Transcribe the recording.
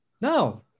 No